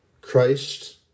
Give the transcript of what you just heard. Christ